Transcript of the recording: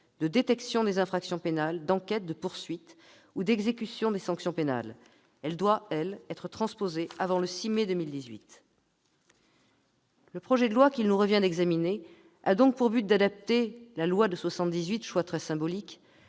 de détection des infractions pénales, d'enquêtes, de poursuites ou d'exécution des sanctions pénales. Elle doit être transposée avant le 6 mai 2018. Le projet de loi qu'il nous revient d'examiner a donc pour but d'adapter la loi de 1978- choix très symbolique